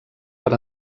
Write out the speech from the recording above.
per